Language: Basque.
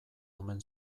omen